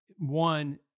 One